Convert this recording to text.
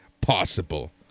possible